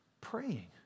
praying